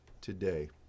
today